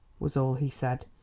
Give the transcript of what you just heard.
was all he said.